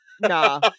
nah